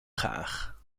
graag